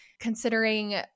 considering